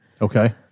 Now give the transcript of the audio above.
Okay